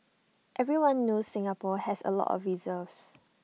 everyone knows Singapore has A lots of reserves